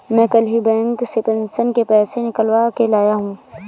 मैं कल ही बैंक से पेंशन के पैसे निकलवा के लाया हूँ